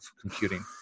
computing